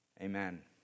Amen